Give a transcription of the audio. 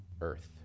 earth